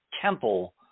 temple